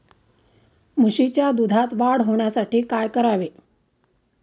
म्हशीच्या दुधात वाढ होण्यासाठी काय करावे?